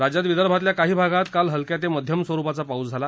राज्यात विदर्भातल्या काही भागात काल हलक्या ते मध्यम स्वरुपाचा पाऊस झाला